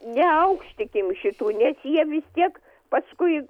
neaukštikim šitų nes jie vis tiek paskui